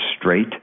straight